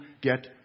get